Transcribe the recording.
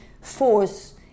force